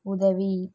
உதவி